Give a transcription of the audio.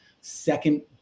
second